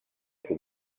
com